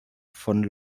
von